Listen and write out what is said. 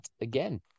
again